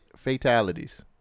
Fatalities